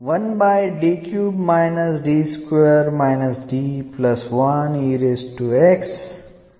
അതിനാൽ അടിസ്ഥാനപരമായി നമുക്ക് D2 D 5y 3 ഉണ്ട്